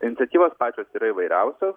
iniciatyvos pačios yra įvairiausios